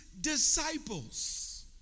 disciples